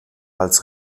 als